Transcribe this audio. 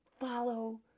Follow